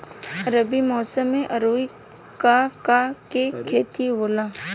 रबी मौसम में आऊर का का के खेती होला?